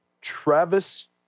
Travis